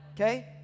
Okay